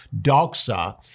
doxa